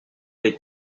des